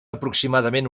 aproximadament